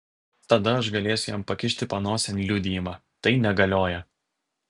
tada aš galėsiu jam pakišti panosėn liudijimą tai negalioja